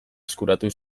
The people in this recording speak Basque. eskuratu